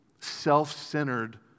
self-centered